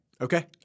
Okay